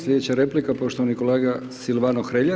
Sljedeća replika poštovani kolega Silvano Hrelja.